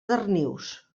darnius